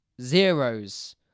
zeros